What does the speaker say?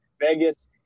Vegas